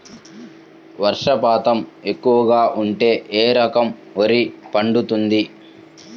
వర్షపాతం ఎక్కువగా ఉంటే ఏ రకం వరి పండుతుంది?